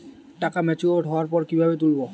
টাকা ম্যাচিওর্ড হওয়ার পর কিভাবে তুলব?